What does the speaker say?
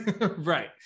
right